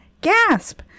gasp